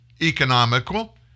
economical